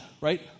right